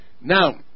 Now